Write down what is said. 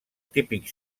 típic